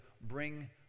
bring